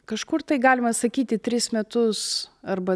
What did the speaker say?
kažkur tai galima sakyti tris metus arba